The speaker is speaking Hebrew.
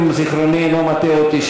אם זיכרוני אינו מטעה אותי,